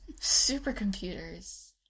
Supercomputers